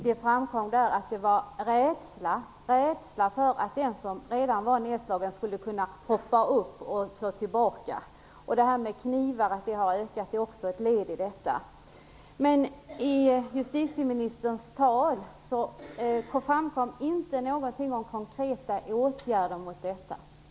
Det framkom att det var av rädsla för att den som redan var nedslagen skulle kunna hoppa upp och slå tillbaka. Förekomsten av knivar har ökat, och det är också ett led i detta. I justitieministerns tal framkom inte någonting om konkreta åtgärder mot det jag har tagit upp.